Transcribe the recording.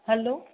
hello